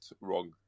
wrong